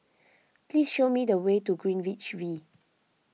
please show me the way to Greenwich V